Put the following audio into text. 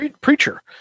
Preacher